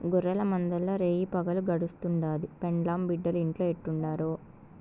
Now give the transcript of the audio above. గొర్రెల మందల్ల రేయిపగులు గడుస్తుండాది, పెండ్లాం బిడ్డలు ఇంట్లో ఎట్టుండారో